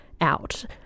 out